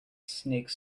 snake